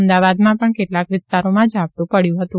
અમદાવાદમાં પણ કેટલાંક વિસ્તારોમાં ઝાપટું પડ્યું હતું